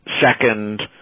second